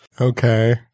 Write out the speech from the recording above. Okay